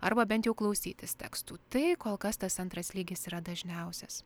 arba bent jau klausytis tekstų tai kol kas tas antras lygis yra dažniausias